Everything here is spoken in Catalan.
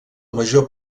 major